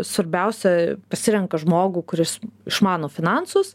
svarbiausia pasirenka žmogų kuris išmano finansus